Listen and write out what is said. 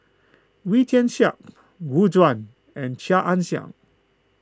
Wee Tian Siak Gu Juan and Chia Ann Siang